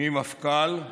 מפכ"ל;